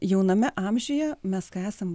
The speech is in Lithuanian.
jauname amžiuje mes esam